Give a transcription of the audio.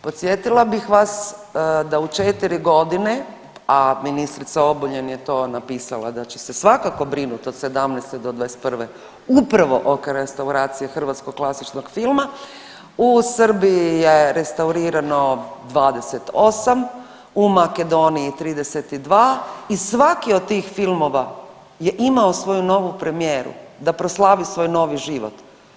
Podsjetila bih vas da u 4 godine, a ministrica Obuljen je to napisala da će se svakako brinuti od '17. do '21. upravo oko restauracije hrvatskog klasičnog filma, u Srbiji je restaurirano 28, u Makedoniji 32 i svaki od tih filmova je imao svoju novu premijeru, da proslavi svoj novi život.